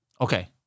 okay